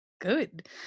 good